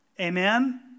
Amen